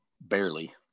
barely